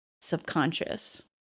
subconscious